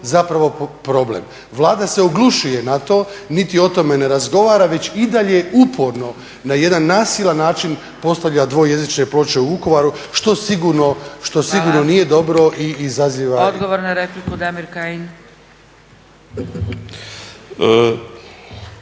da je to problem. Vlada se oglušuje na to niti o tome ne razgovara već i dalje uporno na jedan nasilan način postavlja dvojezične ploče u Vukovaru što nije dobro i izaziva. **Zgrebec, Dragica